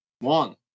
one